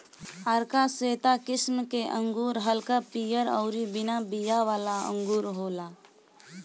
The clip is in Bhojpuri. आरका श्वेता किस्म के अंगूर हल्का पियर अउरी बिना बिया वाला अंगूर होला